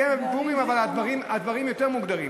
כן, אבל בפורים הדברים יותר מוגדרים.